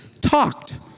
talked